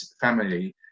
family